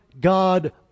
God